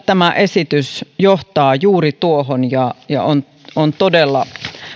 tämä esitys johtaa juuri tuohon ja ja on on todella